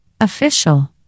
official